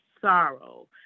sorrow